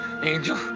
Angel